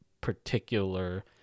particular